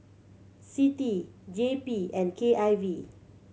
CITI J P and K I V